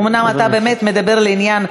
אומנם אתה באמת מדבר לעניין,